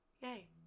Yay